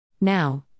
Now